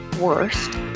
worst